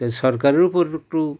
তাই সরকারের ওপর একটু